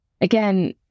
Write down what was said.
Again